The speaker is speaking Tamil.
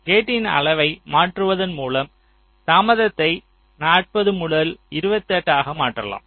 கேட்டின் அளவை மாற்றுவதன் மூலம் தாமதத்தை 40 முதல் 28 ஆக மாற்றலாம்